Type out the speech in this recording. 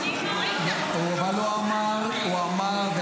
הוא אמר שהדבר הכי דחוף עכשיו זה חוק ההשתמטות.